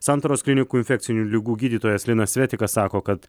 santaros klinikų infekcinių ligų gydytojas linas svetikas sako kad